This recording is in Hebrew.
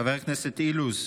חבר הכנסת אילוז,